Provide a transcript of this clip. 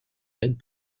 and